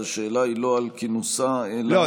אז השאלה היא לא על כינוסה אלא,